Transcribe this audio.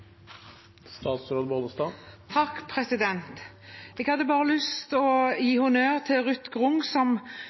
bare å gi honnør til Ruth Grung, som